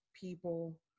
people